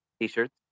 T-shirts